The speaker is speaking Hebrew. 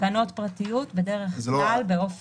תקנות פרטיות באופן